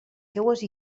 seues